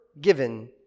given